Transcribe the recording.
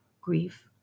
grief